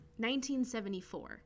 1974